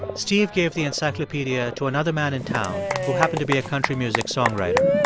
steve gave the encyclopedia to another man in town, who happened to be a country music songwriter.